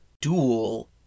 duel